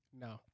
No